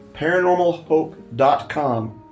ParanormalHope.com